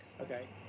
Okay